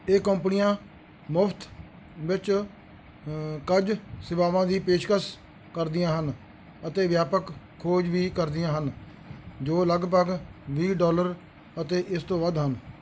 ਇਹ ਕੰਪਨੀਆਂ ਮੁਫ਼ਤ ਵਿੱਚ ਕੁਝ ਸੇਵਾਵਾਂ ਦੀ ਪੇਸ਼ਕਸ਼ ਕਰਦੀਆਂ ਹਨ ਅਤੇ ਵਿਆਪਕ ਖੋਜ ਵੀ ਕਰਦੀਆਂ ਹਨ ਜੋ ਲਗਭਗ ਵੀਹ ਡਾਲਰ ਅਤੇ ਇਸ ਤੋਂ ਵੱਧ ਹਨ